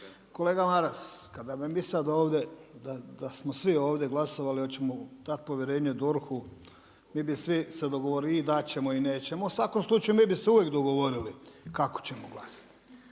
Kolega Maras, kada bi mi sada ovdje da smo svi ovdje glasovali hoćemo dati povjerenje DORH-u mi bi sve i dat ćemo i nećemo u svakom slučaju mi bi se uvijek dogovorili kako ćemo glasati.